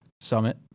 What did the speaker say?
Summit